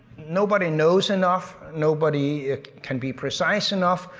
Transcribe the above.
nobody knows enough, nobody can be precise enough,